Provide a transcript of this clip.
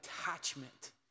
attachment